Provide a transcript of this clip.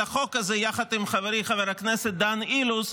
החוק הזה יחד עם חברי חבר הכנסת דן אילוז,